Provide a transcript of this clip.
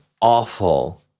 awful